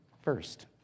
first